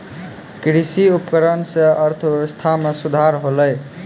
कृषि उपकरण सें अर्थव्यवस्था में सुधार होलय